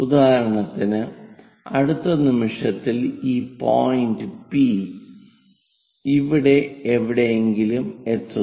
ഉദാഹരണത്തിന് അടുത്ത നിമിഷത്തിൽ ഈ പി പോയിന്റ് അവിടെ എവിടെയെങ്കിലും എത്തുന്നു